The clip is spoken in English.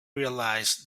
realized